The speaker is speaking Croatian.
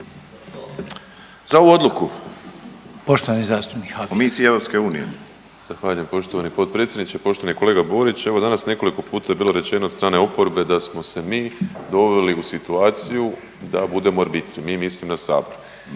Željko (HDZ)** Poštovani zastupnik Habijan. **Habijan, Damir (HDZ)** Zahvaljujem poštovani potpredsjedniče. Poštovani kolega Borić, evo danas nekoliko puta je bilo rečeno od strane oporbe da smo se mi doveli u situaciju da budemo arbitri, mi mislim na sabor.